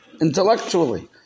intellectually